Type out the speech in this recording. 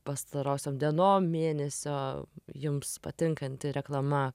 pastarosiom dienom mėnesio jums patinkanti reklama